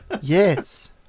Yes